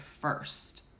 first